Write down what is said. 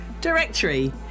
directory